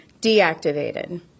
deactivated